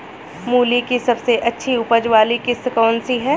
मूली की सबसे अच्छी उपज वाली किश्त कौन सी है?